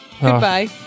Goodbye